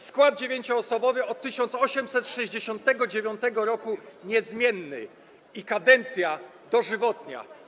Skład 9-osobowy od 1869 r. niezmienny i kadencja dożywotnia.